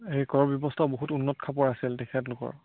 এই কৰ ব্যৱস্থাও বহুত উন্নত খাপৰ আছিল তেখেতলোকৰ